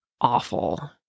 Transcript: awful